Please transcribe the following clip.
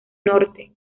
norte